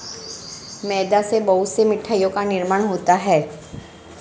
मैदा से बहुत से मिठाइयों का निर्माण होता है